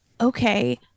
okay